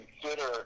consider